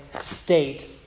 state